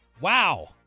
Wow